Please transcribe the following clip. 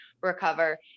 recover